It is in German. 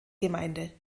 gemeinde